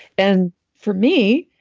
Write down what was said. and for me,